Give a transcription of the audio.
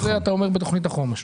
בזה אתה עומד בתוכנית החומש.